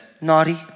naughty